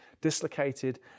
dislocated